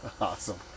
Awesome